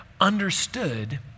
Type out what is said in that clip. understood